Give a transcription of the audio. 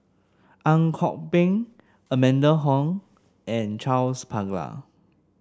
Ang Kok Peng Amanda Heng and Charles Paglar